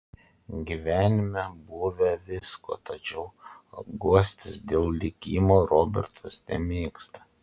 gyvenime buvę visko tačiau guostis dėl likimo robertas nemėgsta